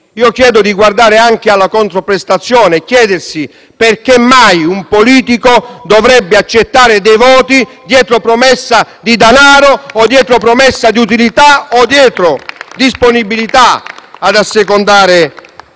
chiedo di guardare anche alla controprestazione e di chiedersi perché mai un politico dovrebbe accettare voti dietro promessa di danaro, dietro promessa di utilità o dietro disponibilità ad assecondare